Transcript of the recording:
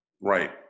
Right